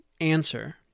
answer